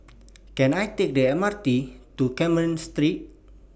Can I Take The M R T to Carmen Street